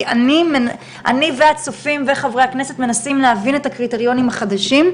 כי אני והצופים וחברי הכנסת מנסים להבין את הקריטריונים החדשים,